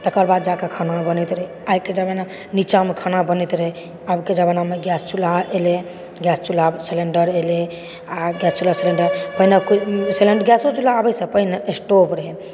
तकर बाद जाकऽ खाना बनैत रहै आइके जमानामे नीचाँ मे खाना बनैत रहै अब के जमानामे गैस चुल्हा एलै गैस चूल्हाके सङ्ग सिलिण्डर एलै आ गैस चुल्हा सिलिण्डर पहिने गैसो चुल्हा आबै से पहिने स्टोव रहै